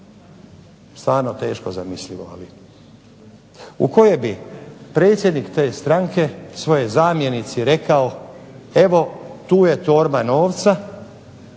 stvarno teško zamislivo u kojoj bi predsjednik te stranke svojoj zamjenici rekao, evo tu je torba novca,